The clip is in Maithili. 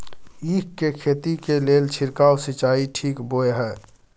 ईख के खेती के लेल छिरकाव सिंचाई ठीक बोय ह?